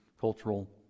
cultural